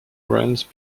runs